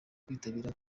kwitabira